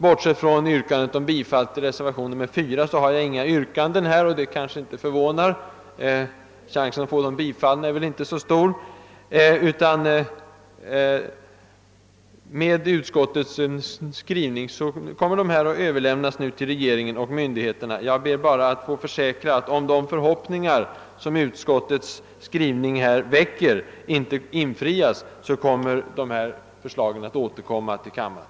Bortsett från yrkandet om bifall till reservationen 4 har jag inga yrkanden, och det kanske inte förvånar — chansen att få dem bifallna är väl inte så stor. Med utskottets skrivning kommer förslagen att överlämnas till regeringen och myndigheterna. Jag vill bara försäkra, att om de förhoppningar som utskottets skrivning väcker inte infrias, kommer förslagen tillbaka till riksdagen.